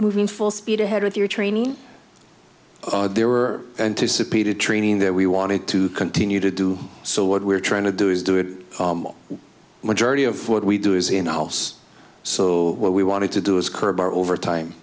moving full speed ahead with your training there were anticipated training that we wanted to continue to do so what we're trying to do is do it majority of what we do is in the house so what we wanted to do is